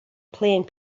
playing